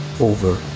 Over